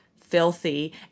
filthy